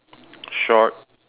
short